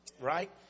Right